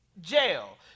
jail